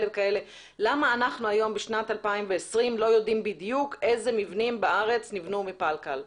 למה אנחנו היום בשנת 2020 לא יודעים בדיוק איזה מבנים בארץ נבנו בפלקל?